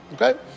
okay